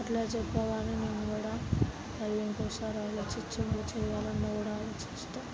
అట్లా చెప్పేదాన్ని నేను కూడా వాళ్ళింకోసారి ఆలోచించి చేయాలన్నా కూడా ఆలోచిస్తారు